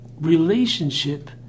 relationship